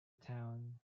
town